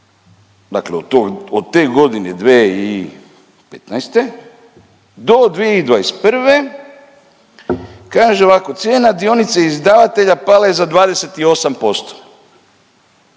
dakle od te godine 2015. do 2021. kaže ovako cijena dionice izdavatelja pala je za 28%.